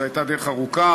זו הייתה דרך ארוכה.